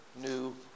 new